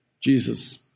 Jesus